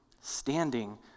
standing